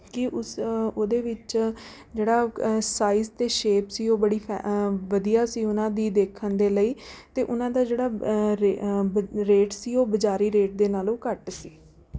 ਕਿ ਉਸ ਉਹਦੇ ਵਿੱਚ ਜਿਹੜਾ ਸਾਈਜ਼ ਅਤੇ ਸ਼ੇਪ ਸੀ ਉਹ ਬੜੀ ਫਾ ਵਧੀਆ ਸੀ ਉਹਨਾਂ ਦੀ ਦੇਖਣ ਦੇ ਲਈ ਅਤੇ ਉਹਨਾਂ ਦਾ ਜਿਹੜਾ ਰੇ ਬ ਰੇਟ ਸੀ ਉਹ ਬਜ਼ਾਰੀ ਰੇਟ ਦੇ ਨਾਲੋਂ ਘੱਟ ਸੀ